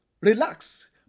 Relax